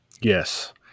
Yes